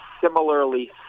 similarly